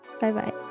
Bye-bye